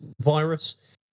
virus